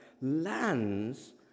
lands